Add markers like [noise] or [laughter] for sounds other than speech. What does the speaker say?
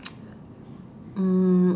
[noise] mm